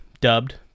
dubbed